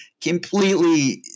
completely